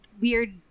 weird